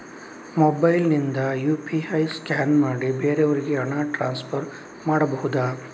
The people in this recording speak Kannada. ಮೊಬೈಲ್ ನಿಂದ ಯು.ಪಿ.ಐ ಸ್ಕ್ಯಾನ್ ಮಾಡಿ ಬೇರೆಯವರಿಗೆ ಹಣ ಟ್ರಾನ್ಸ್ಫರ್ ಮಾಡಬಹುದ?